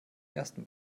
ersten